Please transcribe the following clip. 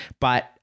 but-